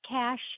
cash